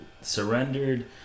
surrendered